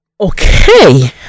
okay